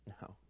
No